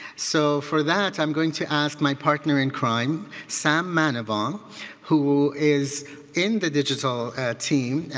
so for that i'm going to ask my partner in crime sam manavong who is in the digital team,